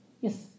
Yes